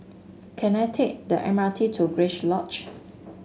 can I take the M R T to Grace Lodge